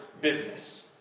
business